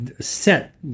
set